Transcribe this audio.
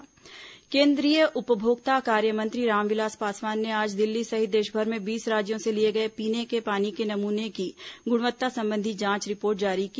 पासवान जल केन्द्रीय उपभोक्ता कार्यमंत्री रामविलास पासवान ने आज दिल्ली सहित देशभर में बीस राज्यों से लिए गए पीने के पानी के नमूने की गुणवत्ता संबंधी जांच रिपोर्ट जारी की